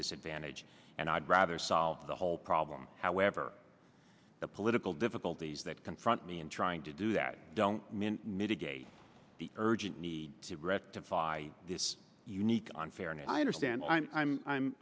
disadvantage and i'd rather solve the whole problem however the political difficulties that confront me and trying to do that don't mitigate the urgent need to rectify this unique unfair and i understand i'm i'm i'm